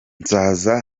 nzaza